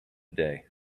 day